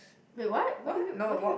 wait what what are you what are you